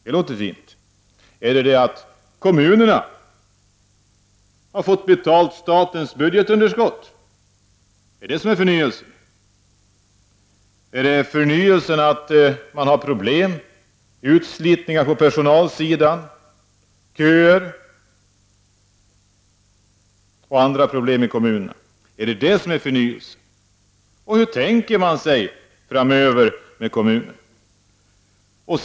Men det är kommunerna som har fått betala statens budgetunderskott. Är det detta som är förnyelsen? Är det en förnyelse att man har problem med att personalen slits ut, att det finns köer och andra problem i kommunerna? Är det detta som är förnyelsen? Hur vill man ha det framöver med kommunerna?